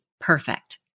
perfect